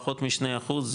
פחות משני אחוז,